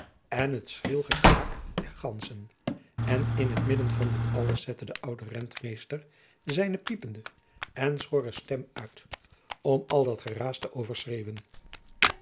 en het schril gekwaak der ganzen en in t midden van dit alles zette de oude rentmeester zijne piepende en schorre stem uit om al dat geraas te overschreeuwen